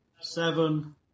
Seven